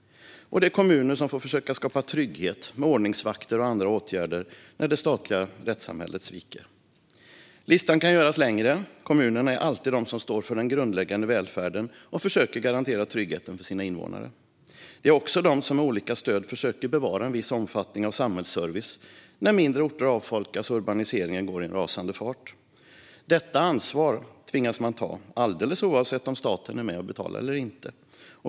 Och det är kommuner som får försöka skapa trygghet med ordningsvakter och andra åtgärder när det statliga rättssamhället sviker. Listan kan göras längre. Kommunerna är alltid de som står för den grundläggande välfärden och försöker garantera tryggheten för sina invånare. Det är också de som med olika stöd försöker bevara en viss omfattning av samhällsservice när mindre orter avfolkas och urbaniseringen går i en rasande fart. Detta ansvar tvingas man ta, alldeles oavsett om staten är med och betalar eller inte.